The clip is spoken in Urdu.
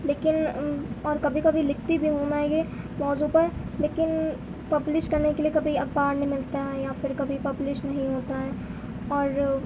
لیکن اور کبھی کبھی لکھتی بھی ہوں میں یہ موضوع پر لیکن پبلش کرنے کے لیے کبھی اخبار نہیں ملتے ہیں یا پھر کبھی پبلش نہیں ہوتا ہے اور